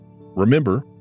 Remember